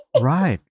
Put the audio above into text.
right